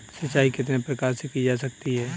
सिंचाई कितने प्रकार से की जा सकती है?